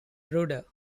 rudder